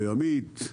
עמית,